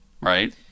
Right